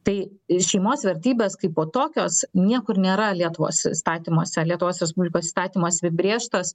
tai ir šeimos vertybės kaipo tokios niekur nėra lietuvos įstatymuose lietuvos respublikos įstatymuose apibrėžtos